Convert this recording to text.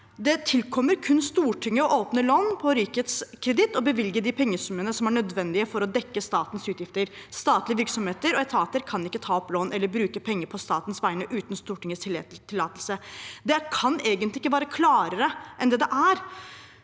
Det tilkommer kun Stortinget å åpne lån på rikets kreditt og bevilge de pengesummene som er nødvendig for å dekke statens utgifter. Statlige virksomheter og etater kan ikke ta opp lån eller bruke penger på statens vegne uten Stortingets tillatelse. – Det kan egentlig ikke være klarere enn det det er.